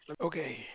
Okay